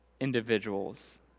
individuals